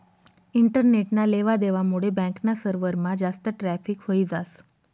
इंटरनेटना लेवा देवा मुडे बॅक ना सर्वरमा जास्त ट्रॅफिक व्हयी जास